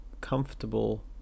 comfortable